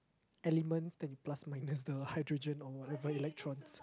elements then plus minus the hydrogen or whatever electrons